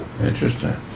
Interesting